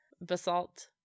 Basalt